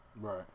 Right